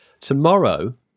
tomorrow